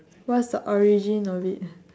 what's the origin of it